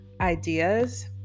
ideas